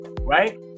right